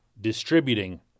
distributing